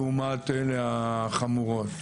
לעומת אלה החמורות.